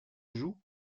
jouent